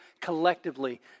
collectively